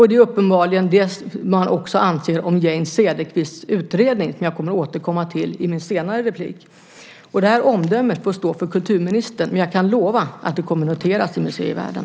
Det är uppenbarligen det man också anser om Jane Cederqvists utredning, som jag ska återkomma till i ett senare inlägg. Det här omdömet får stå för kulturministern, men jag kan lova att det kommer att noteras i museivärlden.